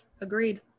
Agreed